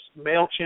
MailChimp